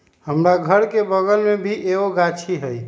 हमरा घर के बगल मे भी एगो गाछी हई